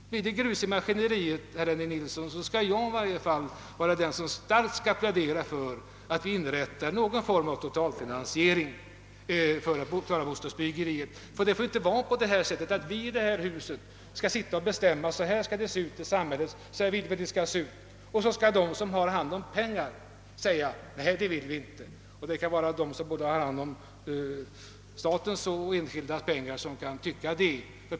Om det blir grus i maskineriet igen, herr Nilsson i Gävle, kommer i varje fall jag att starkt plädera för att inrätta någon form av totalfinansiering för bostadsbyggandet. Det får inte vara på det sättet, att vi sitter och bestämmer i detta hus hur samhället skall se ut och sedan skall de som har hand om pengarna få säga: Nej, det vill inte vi. Det kan gälla dem som har hand om både statens och enskilda människors pengar.